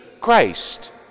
Christ